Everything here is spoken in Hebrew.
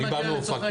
אני בא מאופקים.